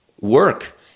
work